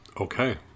Okay